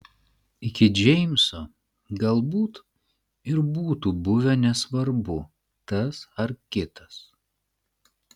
iki džeimso galbūt ir būtų buvę nesvarbu tas ar kitas